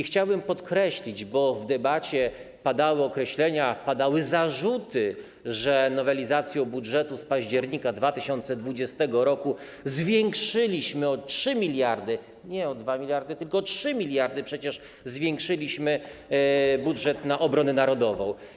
Chciałbym podkreślić, bo w debacie padały określenia, padały zarzuty, że nowelizacją budżetu z października 2020 r. zwiększyliśmy o 3 mld - nie o 2 mld, tylko o 3 mld przecież zwiększyliśmy - budżet na obronę narodową.